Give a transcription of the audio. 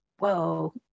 Whoa